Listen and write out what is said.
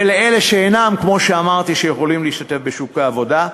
אלה שכמו שאמרתי, אינם יכולים להשתתף בשוק העבודה,